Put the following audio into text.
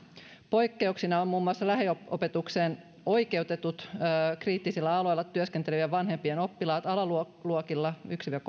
poikkeuksina on muun muassa lähiopetukseen oikeutettu kriittisillä aloilla työskentelevien vanhempien oppilaat alaluokilla